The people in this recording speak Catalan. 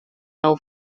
nou